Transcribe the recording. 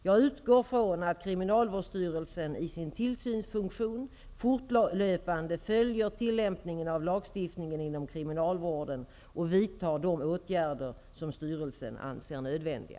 Jag utgår ifrån att Kriminalvårdsstyrelsen i sin tillsynsfunktion fortlöpande följer tillämpningen av lagstiftningen inom kriminalvården och vidtar de åtgärder som styrelsen anser nödvändiga.